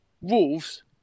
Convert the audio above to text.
Wolves